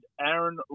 Aaron